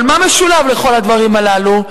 אבל מה משותף לכל הדברים הללו?